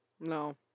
No